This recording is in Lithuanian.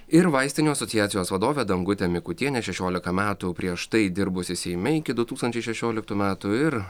ir vaistinių asociacijos vadovė dangutė mikutienė šešiolika metų prieš tai dirbusi seime iki du tūkstančiai šešioliktų metų ir